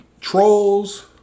trolls